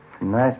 Nice